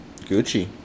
Gucci